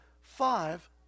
five